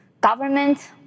government